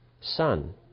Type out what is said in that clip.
Son